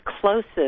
closest